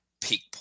peak